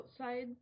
outside